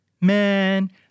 Man